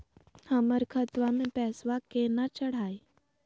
हमर खतवा मे पैसवा केना चढाई?